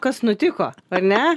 kas nutiko ar ne